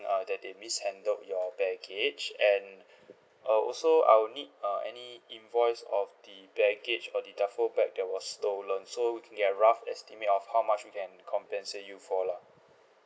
uh that they mishandled your baggage and uh also I will need uh any invoice of the baggage or the duffle bag that was stolen so we can get a rough estimate of how much we can compensate you for lah